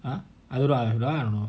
!huh! I don't know that one I don't know